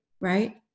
right